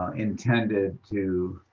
ah intended to